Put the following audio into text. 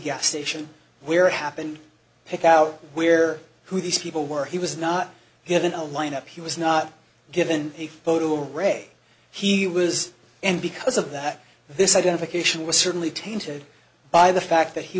gas station where it happened pick out where who these people were he was not given a lineup he was not given a photo ray he was and because of that this identification was certainly tainted by the fact that he